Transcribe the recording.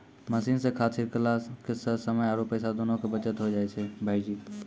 machine सॅ खाद छिड़कला सॅ समय आरो पैसा दोनों के बचत होय जाय छै भायजी